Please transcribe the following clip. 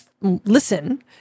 listen